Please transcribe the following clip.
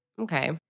Okay